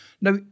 Now